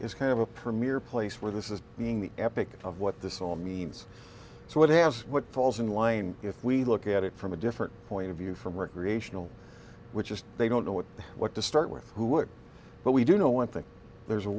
is kind of a premier place where this is being the epic of what this all means so what has what falls in line if we look at it from a different point of view from recreational which is they don't know what what to start with who would but we do know one thing there's a